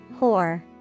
Whore